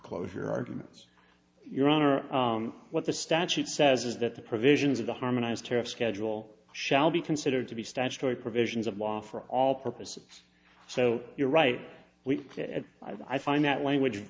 foreclosure arguments your honor what the statute says is that the provisions of the harmonized tariff schedule shall be considered to be statutory provisions of law for all purposes so you're right we get it i find that language